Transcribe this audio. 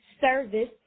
service